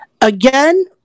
Again